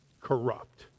corrupt